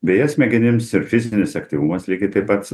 beje smegenims ir fizinis aktyvumas lygiai taip pat